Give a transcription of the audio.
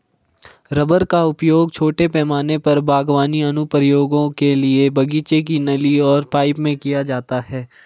rubber का उपयोग छोटे पैमाने पर बागवानी अनुप्रयोगों के लिए बगीचे की नली और पाइप में किया जाता है